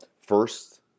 first